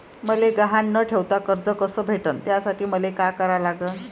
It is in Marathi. मले गहान न ठेवता कर्ज कस भेटन त्यासाठी मले का करा लागन?